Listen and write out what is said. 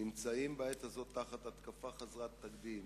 נמצאים בעת הזאת תחת התקפה חסרת תקדים